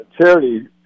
charity